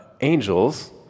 angels